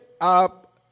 up